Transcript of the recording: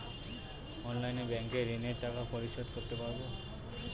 অনলাইনে ব্যাংকের ঋণের টাকা পরিশোধ করতে পারবো?